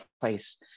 place